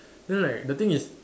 then like the thing is